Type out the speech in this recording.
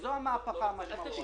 וזו המהפכה המשמעותית.